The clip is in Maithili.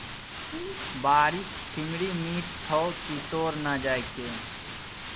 बाड़ीक छिम्मड़ि मीठ छौ की तोड़ न जायके